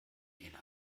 innern